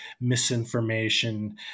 misinformation